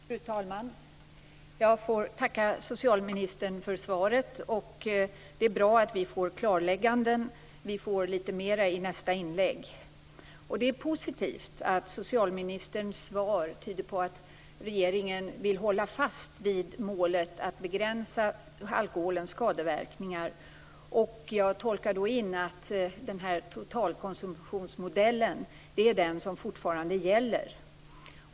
Fru talman! Jag får tacka socialministern för svaret. Det är bra att vi får klarlägganden. Vi får litet mer i nästa inlägg. Det är positivt att socialministerns svar tyder på att regeringen vill hålla fast vid målet att begränsa alkoholens skadeverkningar. Jag tolkar då in att totalkonsumtionsmodellen fortfarande är den som gäller.